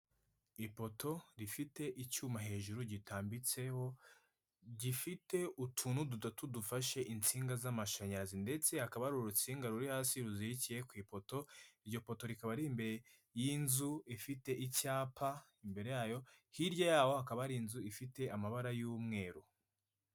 Ipoto rifite icyuma hejuru gitambitseho, gifite utuntu dutatu dufashe insinga z'amashanyarazi ndetse hakaba hari urutsinga ruri hasi ruzirikiye kw'ipoto , iryo poto rikaba rir'imbere y'inzu ifite icyapa imbere yayo ,hirya yawo hakaba hari inzu ifite amabara y'umweru.